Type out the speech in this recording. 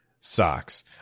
socks